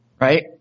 Right